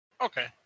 Okay